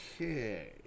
Okay